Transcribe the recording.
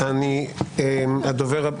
הדובר הבא